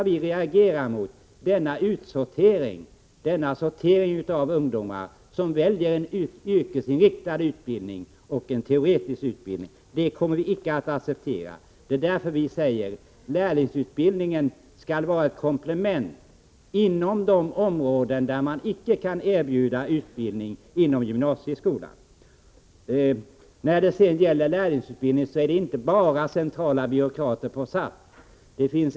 Vi reagerar mot denna åtskillnad mellan ungdomar som väljer yrkesinriktad utbildning och ungdomar som väljer teoretisk utbildning. En sådan sortering kommer vi inte att acceptera, och därför säger vi att lärlingsutbildningen skall vara ett komplement på de områden där man icke kan erbjuda utbildning inom gymnasieskolan. Motståndet mot lärlingsutbildning kommer inte bara från centrala byråkrater i SAF.